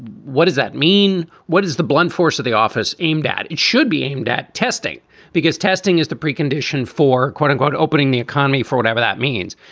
what does that mean? what is the blunt force of the office? aimedat. it should be aimed at testing because testing is the precondition for quote unquote opening the economy for whatever that means.